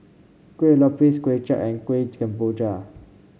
Kuih Lopes Kway Chap and Kueh Kemboja